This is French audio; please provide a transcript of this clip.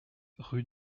rue